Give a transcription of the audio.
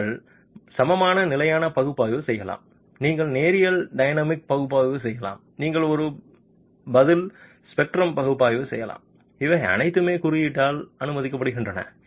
நீங்கள் சமமான நிலையான பகுப்பாய்வு செய்யலாம் நீங்கள் நேரியல் டைனமிக் பகுப்பாய்வு செய்யலாம் நீங்கள் ஒரு பதில் ஸ்பெக்ட்ரம் பகுப்பாய்வு செய்யலாம் இவை அனைத்தும் குறியீட்டால் அனுமதிக்கப்படுகின்றன